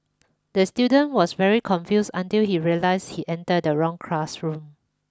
the student was very confused until he realized he enter the wrong classroom